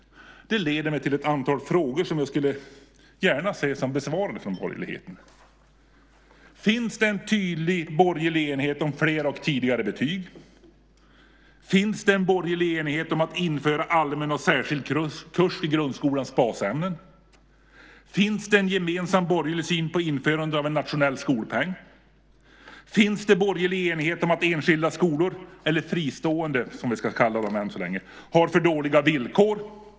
Det leder mig till ett antal frågor som jag gärna vill se besvarade från borgerligheten. Finns det en tydlig borgerlig enighet om fler och tidigare betyg? Finns det en borgerlig enighet om att införa allmän och särskild kurs i grundskolans basämnen? Finns det en gemensam borgerlig syn på införande av en nationell skolpeng? Finns det en borgerlig enighet om att enskilda skolor - eller fristående, som vi ska kalla dem än så länge - har för dåliga villkor?